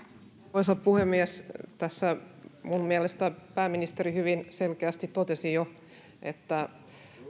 arvoisa puhemies tässä minun mielestäni pääministeri hyvin selkeästi totesi jo että